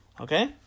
Okay